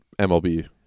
MLB